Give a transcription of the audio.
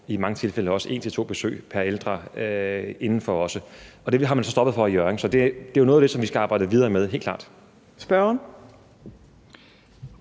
i mange tilfælde også et til to besøg pr. ældre indenfor. Det har man så stoppet for i Hjørring. Det er jo noget af det, vi skal arbejde videre med – helt klart. Kl.